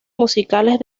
musicales